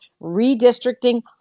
redistricting